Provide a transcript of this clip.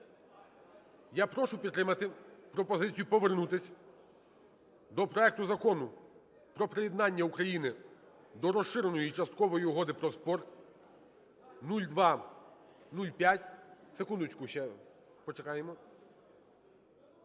Я прошу підтримати пропозицію повернутись до проекту Закону про приєднання України до Розширеної часткової угоди про спорт (№ 0205).